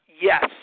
Yes